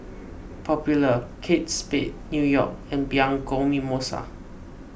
Popular Kate Spade New York and Bianco Mimosa